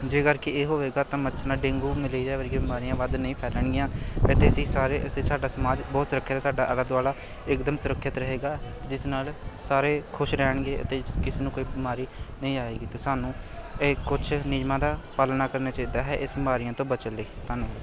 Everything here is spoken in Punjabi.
ਜੇਕਰ ਕਿ ਇਹ ਹੋਵੇਗਾ ਤਾਂ ਮੱਛਰ ਨਾਲ ਡੇਂਗੂ ਮਲੇਰੀਆ ਵਰਗੀਆਂ ਬਿਮਾਰੀਆਂ ਵੱਧ ਨਹੀਂ ਫੈਲਣਗੀਆਂ ਇੱਥੇ ਅਸੀਂ ਸਾਰੇ ਅਸੀਂ ਸਾਡਾ ਸਮਾਜ ਬਹੁਤ ਸੁਰੱਖਿਅਤ ਸਾਡਾ ਆਲਾ ਦੁਆਲਾ ਇੱਕਦਮ ਸੁਰੱਖਿਅਤ ਰਹੇਗਾ ਜਿਸ ਨਾਲ ਸਾਰੇ ਖੁਸ਼ ਰਹਿਣਗੇ ਅਤੇ ਕਿਸੇ ਨੂੰ ਕੋਈ ਬਿਮਾਰੀ ਨਹੀਂ ਆਏਗੀ ਅਤੇ ਸਾਨੂੰ ਇਹ ਕੁਛ ਨਿਯਮਾਂ ਦਾ ਪਾਲਣਾ ਕਰਨਾ ਚਾਹੀਦਾ ਹੈ ਇਸ ਬਿਮਾਰੀਆਂ ਤੋਂ ਬਚਣ ਲਈ ਧੰਨਵਾਦ